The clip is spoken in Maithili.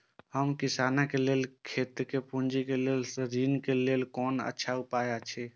हम किसानके लेल खेती में पुंजी के लेल ऋण के लेल कोन अच्छा उपाय अछि?